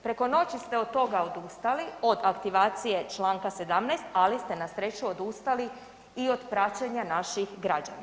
Preko noći ste od toga odustali, od aktivacije čl. 17. ali ste na sreću odustali i od praćenja naših građana.